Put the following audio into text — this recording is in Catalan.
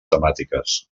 temàtiques